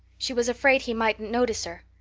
she was afraid he mightn't notice her.